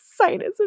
sinus